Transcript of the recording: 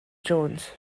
jones